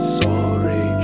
sorry